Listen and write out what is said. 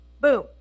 Boom